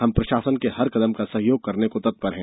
हम प्रशासन के हर कदम का सहयोग करने को तत्पर है